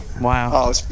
Wow